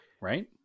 Right